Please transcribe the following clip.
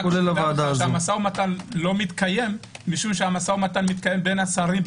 המשא ומתן לא מתקיים כי הוא מתקיים בין השרים,